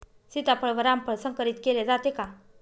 सीताफळ व रामफळ संकरित केले जाते का?